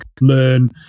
learn